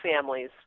families